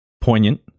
poignant